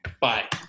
Bye